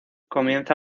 comienza